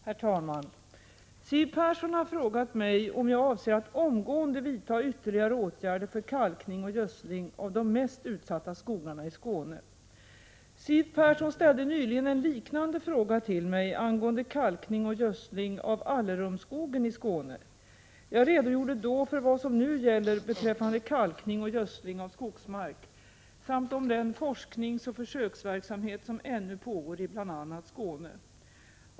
Herr talman! Siw Persson har frågat mig om jag avser att omgående vidta ytterligare åtgärder för kalkning och gödsling av de mest utsatta skogarna i Skåne. Siw Persson ställde nyligen en liknande fråga till mig angående kalkning och gödsling av Allerumsskogen i Skåne. Jag redogjorde då för vad som nu gäller beträffande kalkning och gödsling av skogsmark samt om den forskningsoch försöksverksamhet som ännu pågår i bl.a. Skåne.